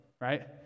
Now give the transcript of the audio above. right